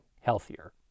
healthier